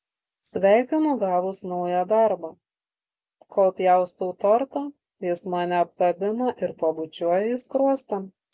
sveikinu gavus naują darbą kol pjaustau tortą jis mane apkabina ir pabučiuoja į skruostą